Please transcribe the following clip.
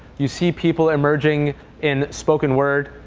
you see people emerging in spoken word.